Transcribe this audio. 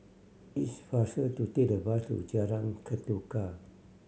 it's faster to take the bus to Jalan Ketuka